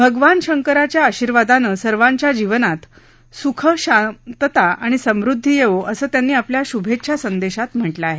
भगवान शंकराच्या आशिर्वादानं सर्वाच्या जीवनात सुख शांतता आणि समद्धी येवो असं त्यांनी आपल्या श्भेच्छा संदेशात म्हटलं आहे